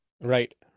Right